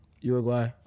Uruguay